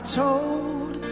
told